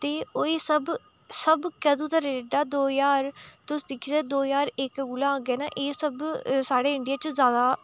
ते ओही सब सब कदूं दा रेट ऐ दो ज्हार तुस दिक्खी सकदे दो ज्हार इक कोला अग्गें ना एह् सब साढ़े इंडिया च जादा